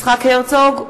יצחק הרצוג,